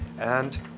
and,